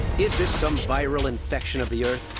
is this some viral infection of the earth?